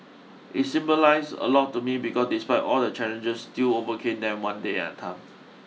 it symbolise a lot to me because despite all the challenges still overcame them one day at time